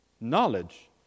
knowledge